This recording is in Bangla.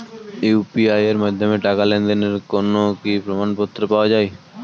ইউ.পি.আই এর মাধ্যমে টাকা লেনদেনের কোন কি প্রমাণপত্র পাওয়া য়ায়?